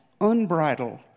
unbridled